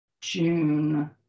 June